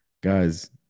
guys